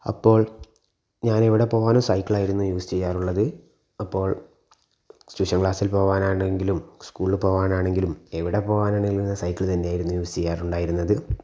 അപ്പോൾ ഞാൻ എവിടെ പോവാനും സൈക്കിൾ ആയിരുന്നു യൂസ് ചെയ്യാറുള്ളത് അപ്പോൾ ട്യുഷൻ ക്ലാസ്സിൽ പോവാനാണെങ്കിലും സ്കൂളിൽ പോവാനാണെങ്കിലും എവിടെ പോവാനാണെങ്കിലും ഞാൻ സൈക്കിൾ തന്നെയായിരുന്നു യൂസ് ചെയ്യാറുണ്ടായിരുന്നത്